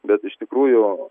bet iš tikrųjų